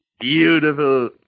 Beautiful